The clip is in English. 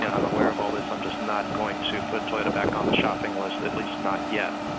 yeah i'm aware of all this, i'm just not going to put toyota back on the shopping list at least not yet.